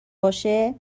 باشه